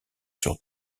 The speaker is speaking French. sur